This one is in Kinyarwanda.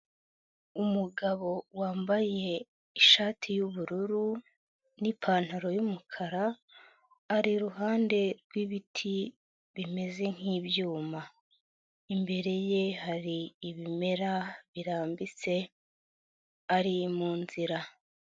Umugabo wambaye ishati y'ubururu n'ipantaro y'umukara ari iruhande rwibiti bimeze nk'ibyuma, imbere ye hari ibimera birambitse ari mu nzira.